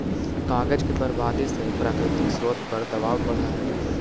कागज के बर्बादी से प्राकृतिक स्रोत पर दवाब बढ़ऽ हई